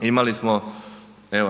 Imali smo